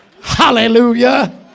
hallelujah